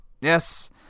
Yes